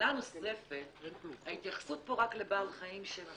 שאלה נוספת ההתייחסות פה היא רק לבעל החיים שנשך,